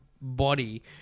body